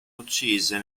uccise